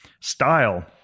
Style